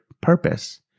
purpose